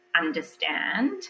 understand